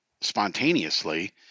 spontaneously